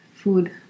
food